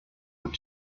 vuit